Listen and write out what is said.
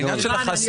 העניין של החשיפה,